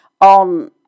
on